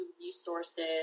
resources